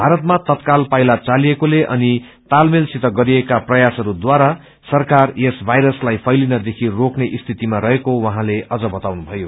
भारतमा तत्काल पाइला चातिएकोले अनि तालमेल सित गरिएका प्रयासहरूद्वारा सरकार यस वायरसलाई फैलिनदेखि रोक्ने स्थितिमा रहेको उहाँले अम्र बताउनुभयो